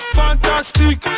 fantastic